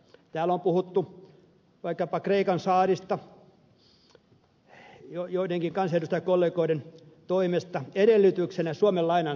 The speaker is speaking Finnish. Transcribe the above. täällä on puhuttu vaikkapa kreikan saarista joidenkin kansanedustajakollegoiden toimesta edellytyksenä saada suomelta lainaa